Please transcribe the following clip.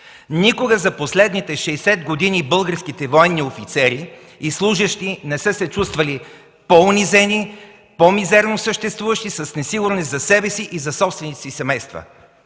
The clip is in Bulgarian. Никога за последните 60 години българските военни офицери и служещи не са се чувствали по-унизени, по-мизерно съществуващи с несигурност за себе си и за собствените си семейства!